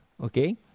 Okay